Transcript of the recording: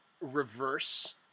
reverse